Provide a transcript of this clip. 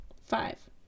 Five